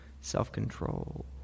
self-control